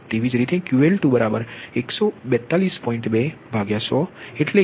એ જ રીતે QL2 142